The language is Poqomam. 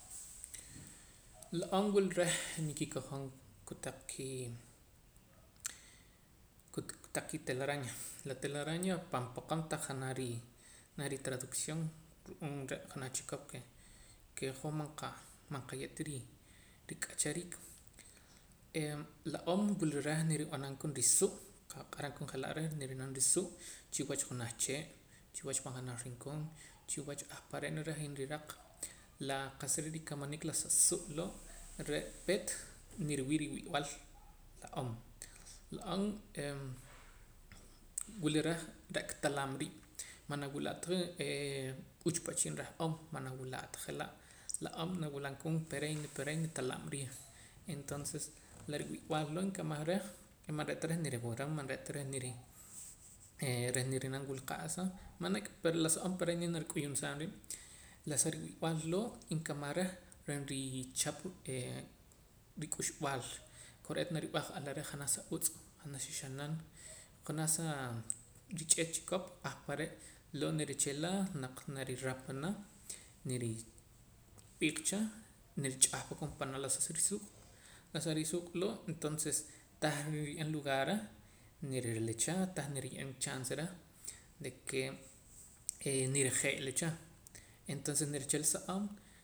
La om wula reh nkikojom kotaq kii kotaq kitelaraña la telaraña pan poqom tah janaj rii ritraducción ru'uum re' junaj chikop ke ke hoj man qa man qaye'ta rik'achariik eh la om wila reh nrib'anam koon risuuq' naq'aram koom je'laa' reh niri'nam risuuq' chiwach janaj chee' chiwach pan janaj rincón chiwach ahpare' neh reh nriraq la qa'sa re' rikamaniik la sa suuq' loo' re' peet niriwii' riwib'al la om la om wula rej re'ka talab' riib' manawula' ta ee uchpachiil reh om manawula' ta je'laa' la om nawilam koom pereeyn pereeyn talab' riib' entonces la riwib'al loo' nkamaj rej ke manre'ta reh niriwura manre'ta reh ee niri'nam qa'sa manek' pero la sa om pereeyn narik'un saam riib' la si riwib'al loo' inkamaj reh reh nrichap rik'uxb'al kore'eet narib'eja la are' janaj sa utz' janaj sa xanan janaj sa rich'eet chikop ahpare' loo' nirichila naq nariropana nirib'iiq cha nirich'ahpa koon panaa' la si risuuq' la si risuuq' loo' entonces tah riye'em lugar reh nirili cha tah riye'eem chance reh de ke eh nirijee'la cha entonces nirichila sa om